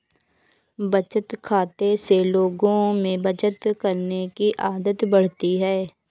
बचत खाते से लोगों में बचत करने की आदत बढ़ती है